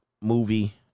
movie